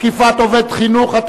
תקיפת עובד חינוך),